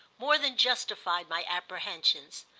more than justified my apprehensions.